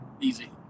Easy